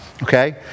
Okay